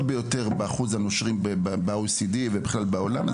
ביותר באחוז הנושרים ב-OECD ובכלל בעולם.